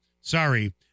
Sorry